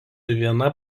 viena